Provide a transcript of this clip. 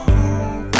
home